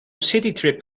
citytrip